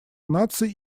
наций